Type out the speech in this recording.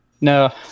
No